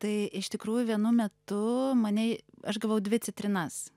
tai iš tikrųjų vienu metu manei aš gavau dvi citrinas